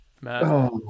Matt